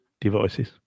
devices